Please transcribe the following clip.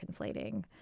conflating